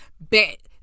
bet